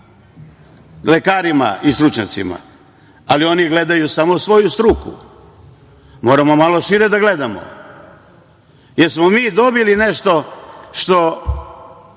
lekarima i stručnjacima, ali oni gledaju samo svoju struku. Moramo malo šire da gledamo. Da li smo mi dobili nešto što